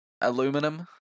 Aluminum